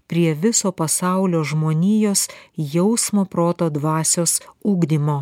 prie viso pasaulio žmonijos jausmo proto dvasios ugdymo